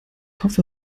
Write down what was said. hoffe